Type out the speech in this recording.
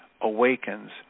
awakens